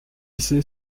sait